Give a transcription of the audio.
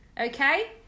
Okay